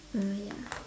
uh ya